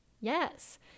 Yes